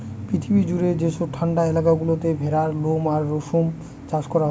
পৃথিবী জুড়ে যেসব ঠান্ডা এলাকা গুলোতে ভেড়ার লোম আর রেশম চাষ করা হয়